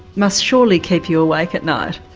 must surely keep you awake at night?